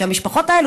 שהמשפחות האלה,